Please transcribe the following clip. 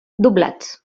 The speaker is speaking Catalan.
doblats